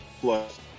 plus